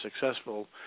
successful